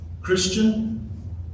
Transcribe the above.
Christian